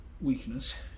weakness